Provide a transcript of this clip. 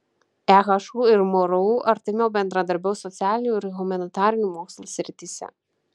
ehu ir mru artimiau bendradarbiaus socialinių ir humanitarinių mokslų srityse